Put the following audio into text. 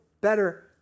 better